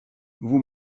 vous